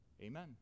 amen